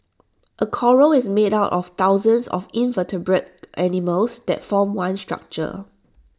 A Coral is made up of thousands of invertebrate animals that form one structure